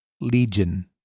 Legion